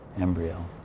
embryo